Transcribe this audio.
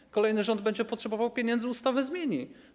Jak kolejny rząd będzie potrzebował pieniędzy, to ustawę zmieni.